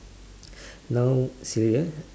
now silly uh